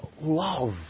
love